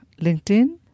LinkedIn